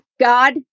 God